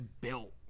built